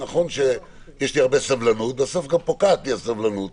נכון שיש לי הרבה סבלנות אבל בסוף גם פוקעת לי הסבלנות.